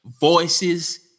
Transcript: Voices